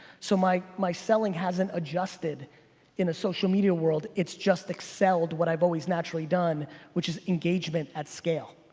so my my selling hasn't adjusted in a social media world, it's just excelled what i've always naturally done which is engagement at scale.